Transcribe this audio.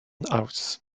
house